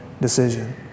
decision